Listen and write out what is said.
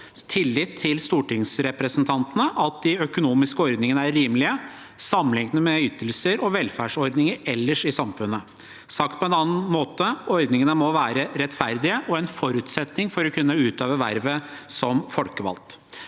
tillit til stortingsrepresentantene at de økonomiske ordningene er rimelige sammenlignet med ytelser og velferdsordninger ellers i samfunnet. Sagt på en annen måte: Ordningene må være rettferdige og en forutsetning for å kunne utøve vervet som folkevalgt.